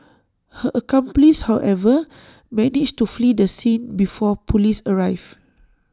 her accomplice however managed to flee the scene before Police arrived